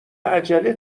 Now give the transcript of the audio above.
عجله